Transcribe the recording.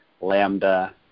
Lambda